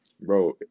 bro